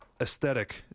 aesthetic